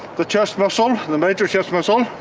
the chest muscle. the major chest muscle.